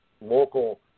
Local